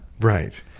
Right